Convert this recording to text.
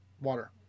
water